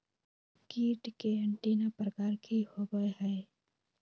कीट के एंटीना प्रकार कि होवय हैय?